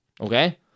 okay